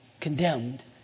condemned